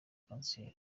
kanseri